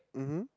!huh! !huh!